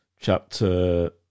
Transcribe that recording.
chapter